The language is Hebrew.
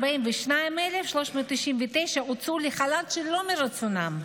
142,399 הוצאו לחל"ת שלא מרצונם.